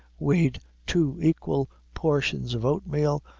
weighed two equal portions of oatmeal,